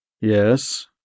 Yes